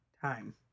Time